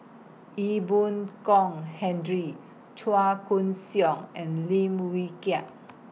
Ee Boon Kong Hendry Chua Koon Siong and Lim Wee Kiak